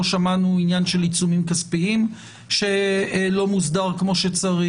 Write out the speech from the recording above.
לא שמענו על עניין של עיצומים כספיים שלא מוסדר כמו שצריך?